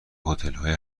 هتلهای